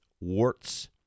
warts